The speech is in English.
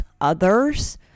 others